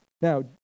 now